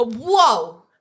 Whoa